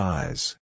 Size